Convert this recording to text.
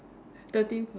thirteen fourteen